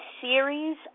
series